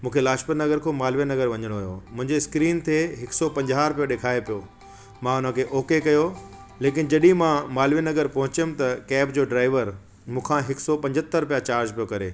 मूंखे लाजपत नगर खां मालवय नगर वञिणो हुयो मुंहिंजे स्क्रीन ते हिक सौ पंजाह रूपिया ॾेखारे पियो मां हुनखे ओके कयो लेकिन जॾहिं मां मालवय नगर पोहुतमि त कैब जो ड्राइवर मूंखां हिक सौ पंजहतरि रूपिया चार्ज पियो करे